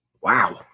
wow